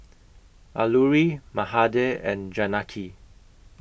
Alluri Mahade and Janaki